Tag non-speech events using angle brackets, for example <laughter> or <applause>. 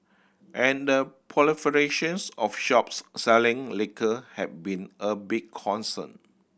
and the <unintelligible> of shops selling liquor have been a big concern